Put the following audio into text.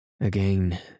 Again